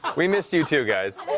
we missed you, too, guys.